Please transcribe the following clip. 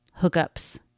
hookups